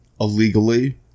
illegally